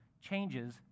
changes